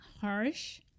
harsh